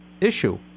issue